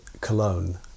Cologne